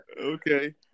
Okay